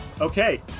Okay